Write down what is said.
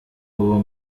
uwo